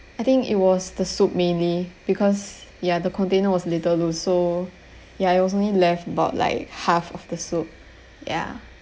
I think it was the soup mainly because ya the container was little loose so ya it was only left about like half of the soup ya